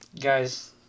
guys